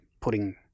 putting